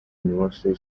university